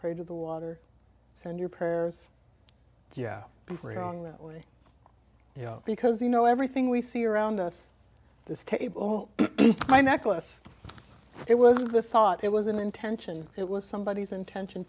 pray to the water send your prayers yeah bring on that way because you know everything we see around us this table oh my necklace it was the thought it was an intention it was somebody as intention